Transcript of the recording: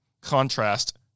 contrast